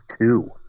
two